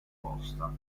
opposta